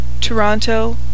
Toronto